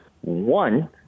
One